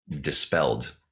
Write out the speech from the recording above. dispelled